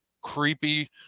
creepy